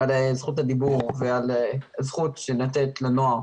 על זכות הדיבור ועל הזכות לתת גם לנוער